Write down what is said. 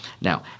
now